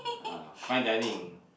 uh fine dining